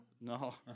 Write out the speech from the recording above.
No